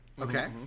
Okay